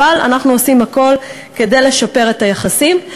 אבל אנחנו עושים הכול כדי לשפר את היחסים.